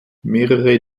mehrere